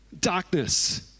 Darkness